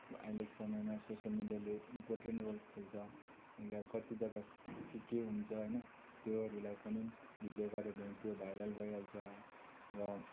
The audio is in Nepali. अब अहिलेको समयमा सोसियल मिडियाले इम्पोर्टेन्ट रोल खेल्छ अँ के अब कति जग्गा के के हुन्छ होइन त्योहरूलाई पनि भिडियो गर्यो भने त्यो भाइरल भइहाल्छ र